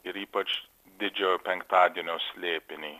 ir ypač didžiojo penktadienio slėpinį